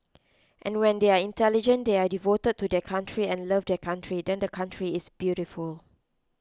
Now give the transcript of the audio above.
and when they are intelligent they are devoted to their country and love their country then the country is beautiful